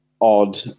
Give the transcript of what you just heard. odd